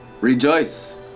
rejoice